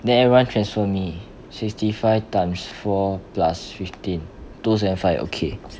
then everyone transfer me sixty five times four plus fifteen two seven five okay